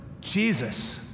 Jesus